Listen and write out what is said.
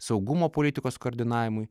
saugumo politikos koordinavimui